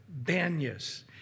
Banyas